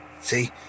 see